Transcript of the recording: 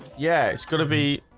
yeah, it's gonna be